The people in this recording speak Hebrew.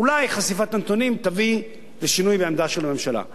אולי חשיפת הנתונים תביא לשינוי בעמדה של הממשלה.